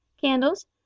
candles